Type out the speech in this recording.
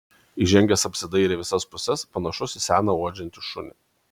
įžengęs apsidairė į visas puses panašus į seną uodžiantį šunį